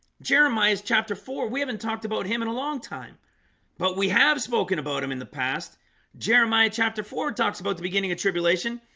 jeremiah is chapter four. we haven't talked about him in a long time but we have spoken about him in the past jeremiah chapter four talks about the beginning of tribulation.